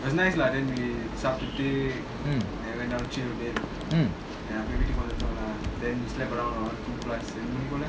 mm